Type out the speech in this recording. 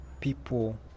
people